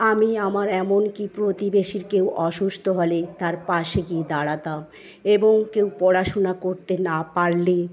আমি আমার এমনকি প্রতিবেশীর কেউ অসুস্থ হলে তার পাশে গিয়ে দাঁড়াতাম এবং কেউ পড়াশুনা করতে না পারলে